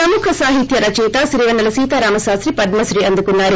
ప్రముఖ సాహిత్య రచయిత సిరివెన్నెల సీతారామ శాస్తి పద్మశ్రీ అందుకున్నారు